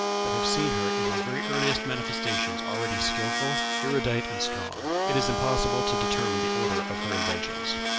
but have seen her in her very earliest manifestations already skilful, erudite, and strong, it is impossible to determine the order of her inventions.